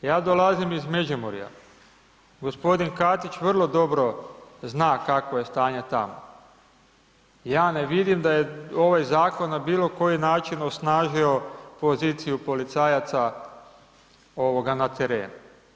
Ja dolazim iz Međimurja, g. Katić vrlo dobro zna kakvo je stanje tamo, ja ne vidim da je ovaj zakon na bilokoji način osnažio poziciju policajaca na terenu.